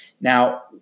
Now